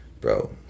bro